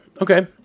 Okay